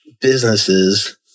businesses